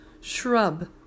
Shrub